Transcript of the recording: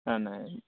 ନା ନାଇଁ